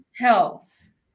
health